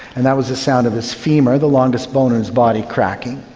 and that was the sound of his femur, the longest bone in his body, cracking.